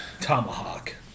Tomahawk